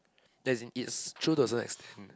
as in it's true to a certain extent